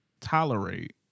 tolerate